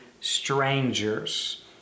strangers